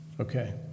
Okay